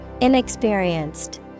Inexperienced